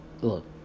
look